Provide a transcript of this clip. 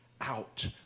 out